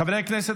חברי הכנסת,